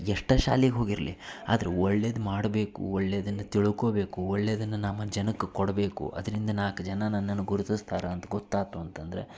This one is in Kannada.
ಎಷ್ಟೇ ಶಾಲಿಗೆ ಹೋಗಿರಲಿ ಆದ್ರೆ ಒಳ್ಳೇದು ಮಾಡಬೇಕು ಒಳ್ಳೆದನ್ನು ತಿಳ್ಕೊಬೇಕು ಒಳ್ಳೆದನ್ನು ನಮ್ಮ ಜನಕ್ಕೆ ಕೊಡಬೇಕು ಅದರಿಂದ ನಾಲ್ಕು ಜನ ನನ್ನನ್ನು ಗುರ್ತಸ್ತಾರೆ ಅಂತ ಗೊತ್ತಾಯ್ತು ಅಂತಂದರೆ